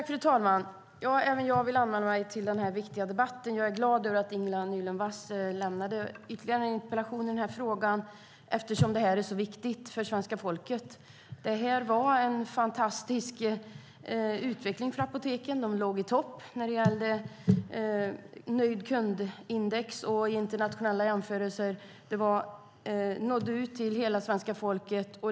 Fru talman! Jag är glad över att Ingela Nylund Watz lämnat en interpellation i den här frågan, eftersom det här är så viktigt för svenska folket. Det var en fantastisk utveckling för apoteken. De låg i topp när det gäller nöjd-kund-index och i internationella jämförelser. De nådde ut till hela svenska folket.